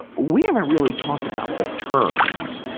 we haven't really talked about the terms,